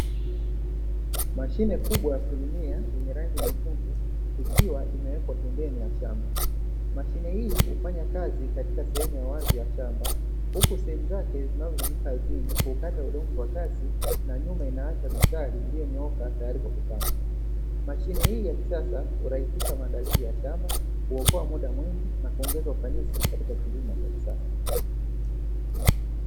Mashine kubwa ya kulimia yenye rangi nyekundu ikiwa imewekwa pembeni ya shamba. Mashine hii hufanya kazi katika sehemu ya wazi ya shamba. Huku sehemu zake zinazotumika ardhini hukata udongo kwa kasi na nyuma inaacha mistari iliyonyooka tayari za kupanda. Mashine hii ya kisasa hurahisisha maandalizi ya shamba, huokoa muda mwingi na kuongeza ufanisi katika kilimo cha kisasa.